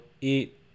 eat